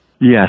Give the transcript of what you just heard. Yes